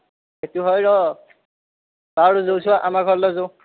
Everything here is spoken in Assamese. সেইটো হয় ৰহ বাৰু যৌচোন আমাৰ ঘৰলৈ যৌ